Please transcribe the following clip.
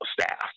staff